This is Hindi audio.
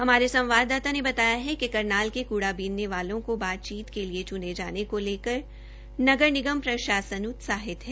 हमारे संवाददाता ने बताया कि करनाल के कुड़ा बीनने वालों को बातचीत के लिए च्ने जाने को लेकर नगर निगम प्रशासन उत्साहित है